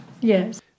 yes